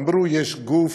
אמרו: יש גוף